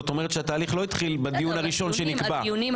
זאת אומרת שהתהליך לא התחיל בדיון הראשון שנקבע.